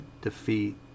defeat